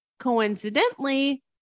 Coincidentally